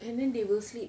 and then they will sleep